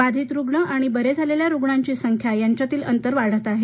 बाधित रुग्ण आणि बरे झालेल्या रुग्णाची संख्या यांच्यातील अंतर वाढत आहे